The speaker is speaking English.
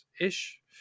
ish